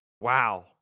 Wow